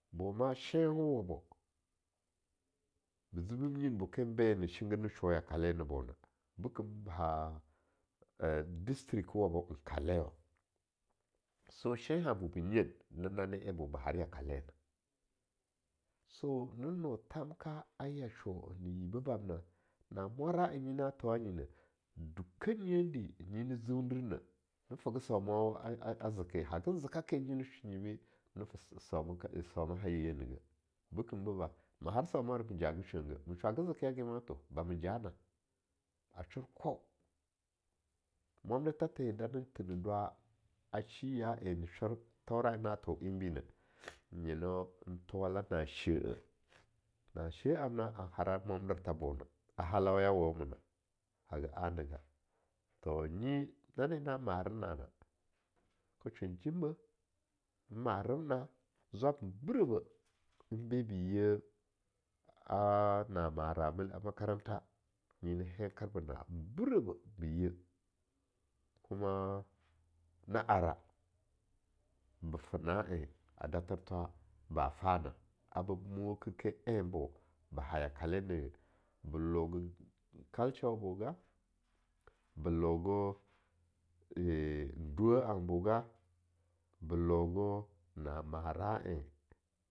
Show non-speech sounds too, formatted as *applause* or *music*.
Boma shenwuwabo be zi-beb nyin boken n be na shinggir ne sho yakale ne bon kembo ba ha *hesitation* district wabo nkalewa, so shen habo be nyen nane en bo ba har yakalena, so ne no thamka a yasho ne yibe bamna, na mwara en nyi na thowa nyine, duke nyendi nyi ni ziundir ne, na fega saumawa zeke, haga zikake nyi ni shonyi be ne fe saumaha ye negeh, bekembe ba, ma har saumore majaga shwege, me shwaga zekeyage mato, bamajana a shor kwau, mwandertha the na thi ne dwa a shiya en na shor, thaura en na tho enbineh, *noise* nyeno n thowala na she-eh, na she-eh amna a hara mwandertha bona, a halau ya wumena, haga anaga, to nyi nani na mare na-na e shun jimbeh, ne marebna'a, zwab n biebeh beba yea a na moramil a makaranta, nyi ne henkerbena, n brebeh be ye, kuma na ara, be fe na en a dather thwa ba fana, a bah moker ke en bo ba hayakale de, be loge culture waboga, be loge *hesitation* n duweh anbo ga, be logo na mara en.